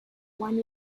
one